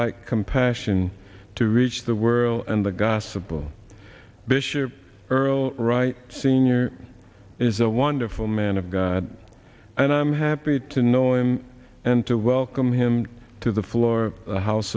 like compassion to reach the world and the gossip of bishop earl right senior is a wonderful man of god and i'm happy to know him and to welcome him to the floor of the house